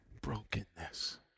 brokenness